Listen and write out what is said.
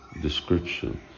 Description